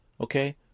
okay